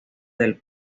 del